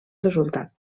resultat